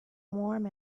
warm